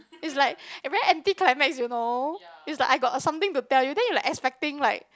it's like very anti climax you know it's like I got a something to tell you then you like expecting like